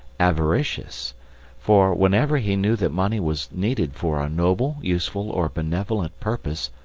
avaricious for, whenever he knew that money was needed for a noble, useful, or benevolent purpose,